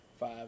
Five